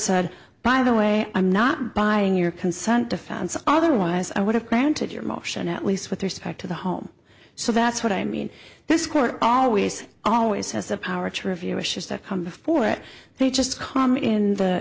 said by the way i'm not buying your consent defense otherwise i would have granted your motion at least with respect to the home so that's what i mean this court always always has the power to review issues that come before it they just comment in the